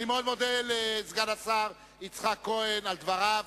אני מאוד מודה לסגן השר יצחק כהן על דבריו.